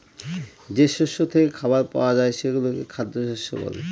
যে শস্য থেকে খাবার পাওয়া যায় সেগুলোকে খ্যাদ্যশস্য বলে